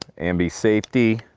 ambi safety,